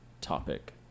topic